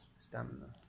stamina